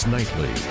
Nightly